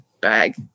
bag